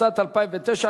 התשס"ט 2009,